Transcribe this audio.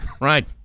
Right